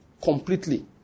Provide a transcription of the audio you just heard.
completely